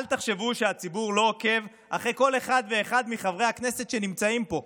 אל תחשבו שהציבור לא עוקב אחרי כל אחד ואחד מחברי הכנסת שנמצאים פה.